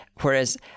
Whereas